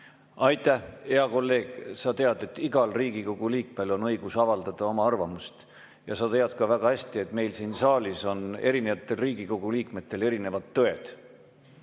Aitäh! Hea kolleeg, sa tead, et igal Riigikogu liikmel on õigus avaldada oma arvamust, ja sa tead väga hästi ka seda, et meil siin saalis on Riigikogu liikmetel erinevad tõed.